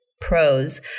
pros